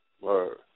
Word